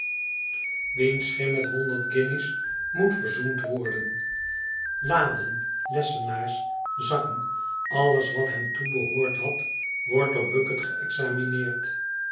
wiens schim met honderd guinjes moet verzoend worden laden lessenaars zakken alles wat hem toebehoord had wordt door bucket geëxamineerd